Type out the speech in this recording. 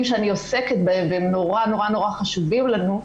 שאני עוסקת בהם והם נורא נורא חשובים לנו.